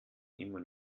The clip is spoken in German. immer